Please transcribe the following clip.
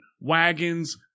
wagons